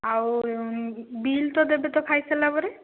ଆଉ ବିଲ୍ ତ ଦେବେ ତ ଖାଇ ସାରିଲା ପରେ